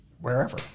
wherever